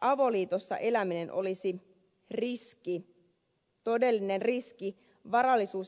avoliitossa eläminen olisi todellinen riski varallisuus ja perimisoikeuksien kannalta